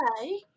okay